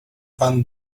pan